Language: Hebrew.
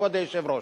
כבוד היושב-ראש.